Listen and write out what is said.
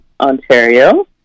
Ontario